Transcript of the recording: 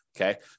Okay